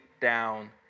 down